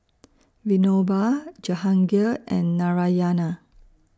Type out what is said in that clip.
Vinoba Jehangirr and Narayana